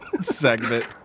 segment